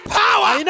power